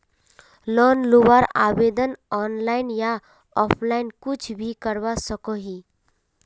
Loan लुबार आवेदन online या ऑफलाइन कुछ भी करवा सकोहो ही?